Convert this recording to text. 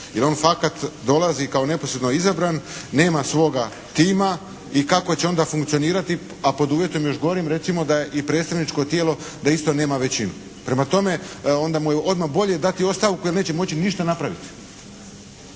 Jer on fakat dolazi kao neposredno izabran. Nema svoga tima i kako će onda funkcionirati a pod uvjetom još gorim recimo da je i predstavničko tijelo da isto nema većinu. Prema tome onda mu je odmah bolje dati ostavku jer neće moći ništa napraviti.